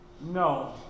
No